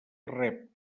rep